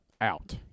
out